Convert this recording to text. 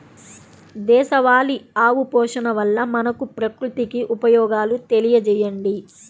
దేశవాళీ ఆవు పోషణ వల్ల మనకు, ప్రకృతికి ఉపయోగాలు తెలియచేయండి?